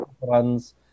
runs